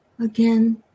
Again